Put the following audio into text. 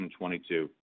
2022